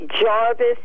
Jarvis